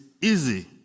easy